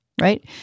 Right